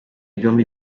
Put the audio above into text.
byombi